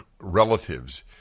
relatives